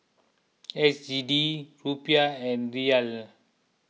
S G D Rupiah and Riyal